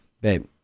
babe